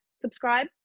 subscribe